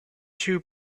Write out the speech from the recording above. two